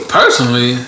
personally